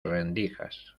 rendijas